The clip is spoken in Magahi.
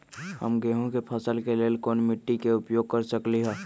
हम गेंहू के फसल के लेल कोन मिट्टी के उपयोग कर सकली ह?